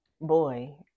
Boy